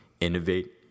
innovate